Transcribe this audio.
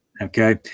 okay